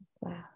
Wow